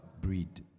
Breed